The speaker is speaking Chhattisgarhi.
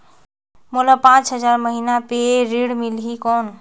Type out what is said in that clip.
मोला पांच हजार महीना पे ऋण मिलही कौन?